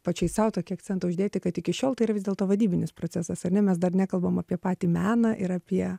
pačiai sau tokį akcentą uždėti kad iki šiol tai ir vis dėlto vadybinis procesas ar ne mes dar nekalbam apie patį meną ir apie